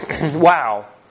Wow